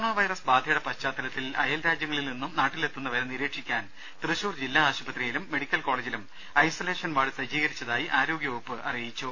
് corona virus ബാധയുടെ പശ്ചാത്തലത്തിൽ അയൽരാജ്യങ്ങളിൽ നിന്നും നാട്ടിലെത്തുന്നവരെ നിരീക്ഷിക്കാൻ തൃശൂർ ജില്ലാ ആശുപത്രിയിലും മെഡിക്കൽ കോളജിലും ഐസലേഷൻ വാർഡ് സജ്ജീകരിച്ചതായി ആരോഗ്യ വകുപ്പ് അറിയിച്ചു